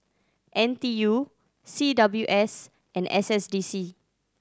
N T U C W S and S S D C